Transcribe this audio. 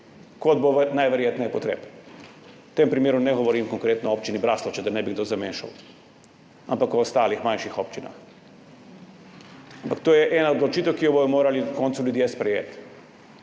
kot bo najverjetneje potrebno. V tem primeru ne govorim konkretno o Občini Braslovče, da ne bi kdo zamešal, ampak o ostalih, manjših občinah. Ampak to je ena odločitev, ki jo bodo morali na koncu ljudje sprejeti.